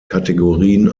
kategorien